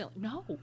no